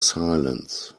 silence